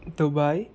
Dubai